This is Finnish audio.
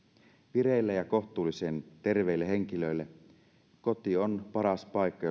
vireille ja kohtuullisen terveille henkilöille koti on paras paikka